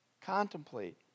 Contemplate